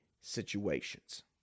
situations